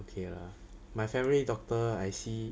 okay lah my family doctor I see